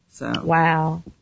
Wow